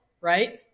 right